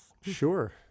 Sure